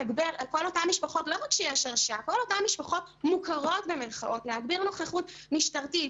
כל אותן משפחות "מוכרות" וביקשנו להגביר נוכחות משטרתית,